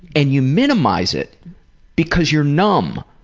and you minimize it because you're numb,